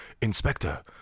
Inspector